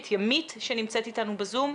את ימית שנמצאת איתנו בזום.